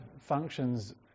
functions